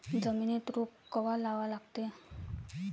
जमिनीत रोप कवा लागा लागते?